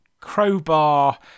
crowbar